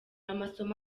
amasomo